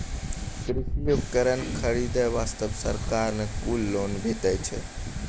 कृषि उपकरण खरीदै वास्तॅ सरकार न कुल लोन भी दै छै